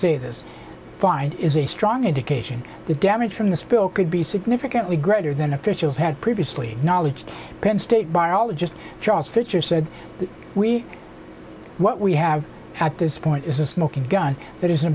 say this find is a strong indication the damage from the spill could be significantly greater than officials had previously knowledge penn state biologist charles fisher said that we what we have at this point is a smoking gun that is